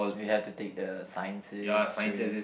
we have to take the Sciences through